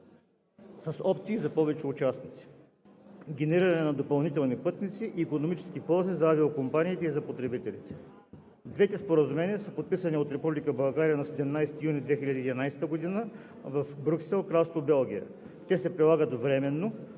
с опции за повече участници, генериране на допълнителни пътници и икономически ползи за авиокомпаниите и за потребителите. Двете споразумения са подписани от Република България на 17 юни 2011 г. в Брюксел, Кралство Белгия. Те се прилагат временно,